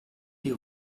die